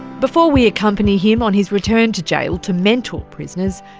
before we accompany him on his return to jail to mentor prisoners,